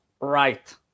right